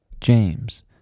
James